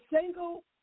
single